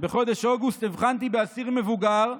בחודש אוגוסט הבחנתי באסיר מבוגר,